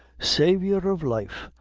saviour of life,